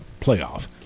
playoff